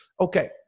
okay